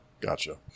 gotcha